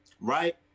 right